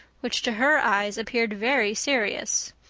which to her eyes appeared very serious.